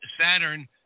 Saturn